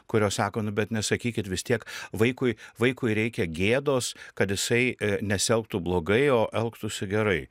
kurios sako nu bet nesakykit vis tiek vaikui vaikui reikia gėdos kad jisai nesielgtų blogai o elgtųsi gerai